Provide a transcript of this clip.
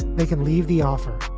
they can leave the offer.